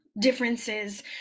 differences